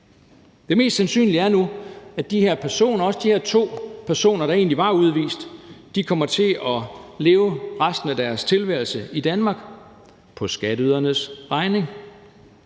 Det mest sandsynlige er nu, at de her personer, også de her to personer, der egentlig var udvist, kommer til at leve resten af deres tilværelse i Danmark – på skatteydernes regning.